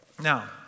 Now